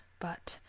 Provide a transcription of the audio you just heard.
but,